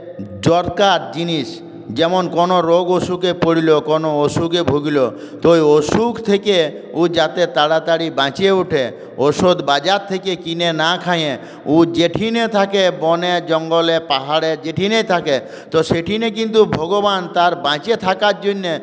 দরকার জিনিস যেমন কোনও রোগ অসুখে পড়ল কোনও অসুখে ভুগলো তো ওই অসুখ থেকে ও যাতে তাড়াতাড়ি বেঁচে উঠে ওষুধ বাজার থেকে কিনে না খেয়ে ও যেখানে থাকে বনে জঙ্গলে পাহাড়ে যেখানেই থাকে তো সেখানে কিন্তু ভগবান তার বেঁচে থাকার জন্যে